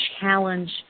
challenge